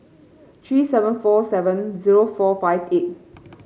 three seven four seven zero four five eight